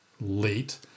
late